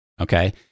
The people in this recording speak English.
Okay